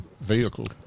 vehicle